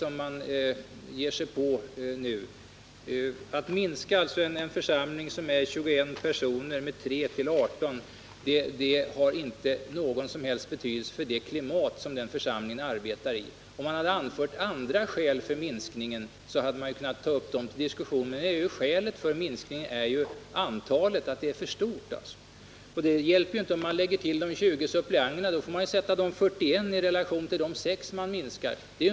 Att alltså minska en församling på 21 personer med 3 personer till 18 har inte någon som helst betydelse för det klimat som den församlingen arbetar i. Om man hade anfört andra skäl för en minskning hade man kunnat ta upp dem till diskussion. men nu är ju skälet för en minskning att antalet ledamöter är för stort. Det hjälper inte att man lägger till de 20 suppleanterna. Då får man sätta de 41 personerna i relation till de 6 man minskar med.